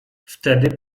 wtedy